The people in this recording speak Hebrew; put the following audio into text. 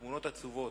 תמונות עצובות,